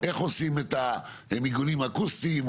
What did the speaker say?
איך עושים את המיגונים האקוסטיים,